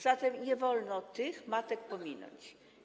Zatem nie wolno tych matek pominąć.